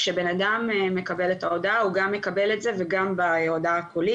כשהאדם מקבל את ההודעה הוא גם מקבל את זה וגם בהודעה הקולית,